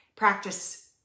practice